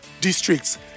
districts